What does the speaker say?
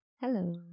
hello